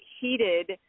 heated